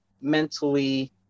mentally